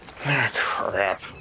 crap